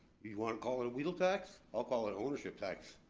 you wanna call it a wheel tax, i'll call it ownership tax.